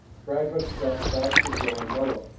travis dropped back to join nolan.